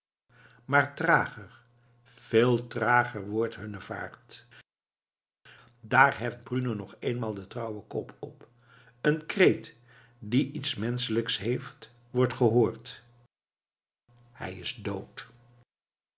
maar trager veel trager wordt hunne vaart daar heft bruno nog eenmaal den trouwen kop op een kreet die iets menschelijks heeft wordt gehoord hij is dood